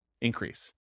increase